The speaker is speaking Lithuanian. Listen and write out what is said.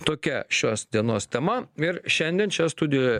tokia šios dienos tema ir šiandien čia studijoj